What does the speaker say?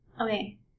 Okay